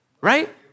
right